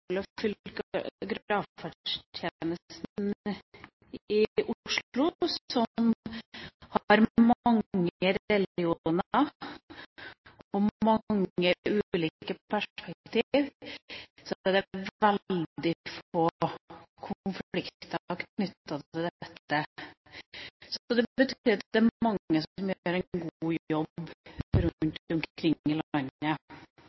i Oslo – som har mange religioner og mange ulike perspektiv – ser jeg veldig få konflikter knyttet til dette. Så det betyr at det er mange som gjør en god jobb